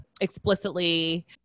explicitly